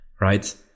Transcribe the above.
right